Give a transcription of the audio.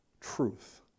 Truth